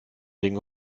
ding